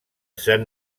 saint